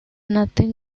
nothing